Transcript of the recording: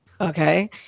okay